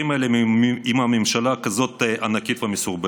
האלה עם ממשלה כזאת ענקית ומסורבלת.